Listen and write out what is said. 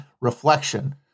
reflection